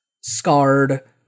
scarred